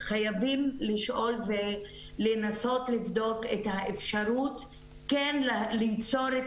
שחייבים לשאול ולנסות לבדוק את האפשרות כן ליצור את